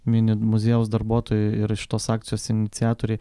mini muziejaus darbuotojai ir šitos akcijos iniciatoriai